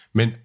Men